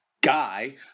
guy